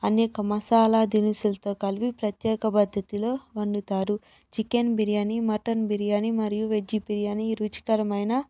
అనేక మసాలా దినుసులతో కలిపి ప్రత్యేక పద్ధతిలో వండుతారు చికెన్ బిర్యానీ మటన్ బిర్యానీ మరియు వెజ్ బిర్యానీ రుచికరమైన